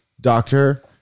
doctor